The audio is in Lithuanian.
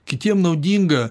kitiem naudinga